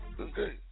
okay